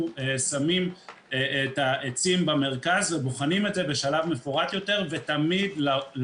שמים את העצים במרכז ובוחנים את זה בשלב מפורט יותר ולרוב,